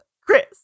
Chris